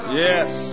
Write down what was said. yes